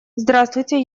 здравствуйте